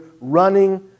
running